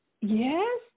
yes